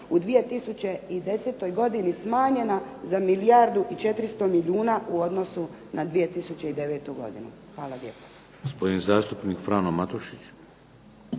u 2010. godini smanjena za milijardu i 400 milijuna u odnosu na 2009. godinu. Hvala lijepa.